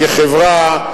כחברה,